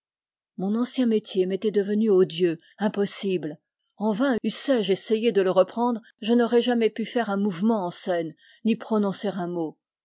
mon ancien métier m'était devenu odieux impossible en vain eussé-je essayé de le reprendre je n'aurais jamais pu faire un mouvement en scène ni prononcer un mot